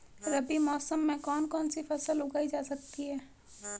रबी मौसम में कौन कौनसी फसल उगाई जा सकती है?